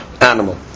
animal